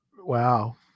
Wow